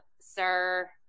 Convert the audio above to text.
sir